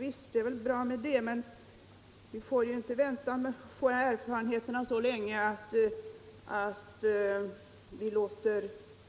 Visst är det bra med erfarenheter, men vi får inte vänta på erfarenheterna så länge att